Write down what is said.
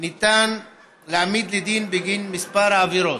ניתן להעמיד לדין בגין כמה עבירות: